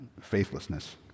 faithlessness